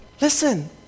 Listen